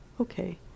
okay